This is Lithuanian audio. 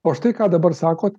o štai ką dabar sakot